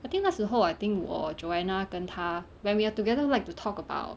I think 那时候 I think 我 joanna 跟他 when we are together like to talk about